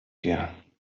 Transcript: hier